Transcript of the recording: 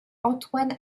antoine